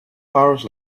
hours